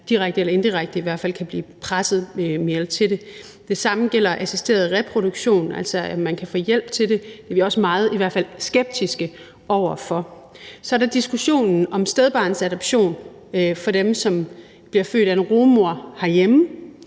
direkte eller indirekte i hvert fald kan blive presset til det. Det samme gælder assisteret reproduktion, altså at man kan få hjælp til det. Vi er i hvert fald skeptiske over for det. Så er der diskussionen om stedbarnsadoption for dem, som bliver født af en rugemor herhjemme.